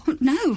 No